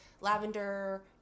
lavender